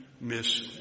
Miss